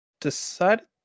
decided